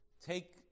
Take